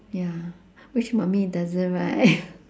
ya which mummy doesn't right